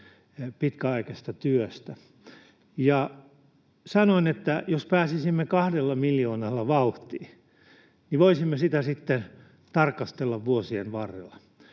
pitkäaikaisesta työstä — ja sanoin, että jos pääsisimme kahdella miljoonalla vauhtiin, niin voisimme sitä sitten tarkastella vuosien varrella,